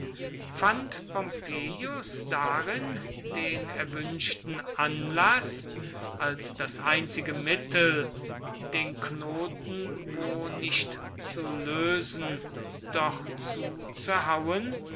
fand pompeius darin den erwünschten anlaß als das einzige mittel den knoten wo nicht zu lösen doch zu zerhauen